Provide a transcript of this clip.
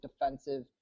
defensive